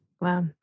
Wow